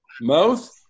mouth